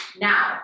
now